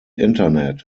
internet